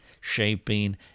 shaping